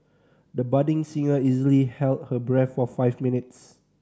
the budding singer easily held her breath for five minutes